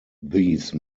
these